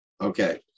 okay